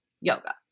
yoga